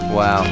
Wow